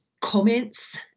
comments